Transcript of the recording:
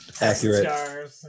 Accurate